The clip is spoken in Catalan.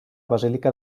basílica